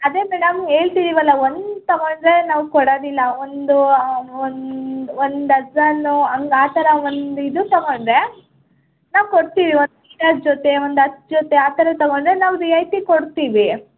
ಅದೇ ಮೇಡಮ್ ಹೇಳ್ತಿದ್ದೀವಲ್ಲ ಒಂದು ತೊಗೊಂಡ್ರೆ ನಾವು ಕೊಡೋದಿಲ್ಲ ಒಂದು ಒಂದು ಒಂದು ಡಜನ್ನು ಹಂಗೆ ಆ ಥರ ಒಂದು ಇದನ್ನ ತೊಗೊಂಡ್ರೆ ನಾವು ಕೊಡ್ತೀವಿ ಒಂದು ಜೊತೆ ಒಂದು ಹತ್ತು ಜೊತೆ ಆ ಥರ ತೊಗೊಂಡ್ರೆ ನಾವು ರಿಯಾಯಿತಿ ಕೊಡ್ತೀವಿ